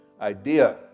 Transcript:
idea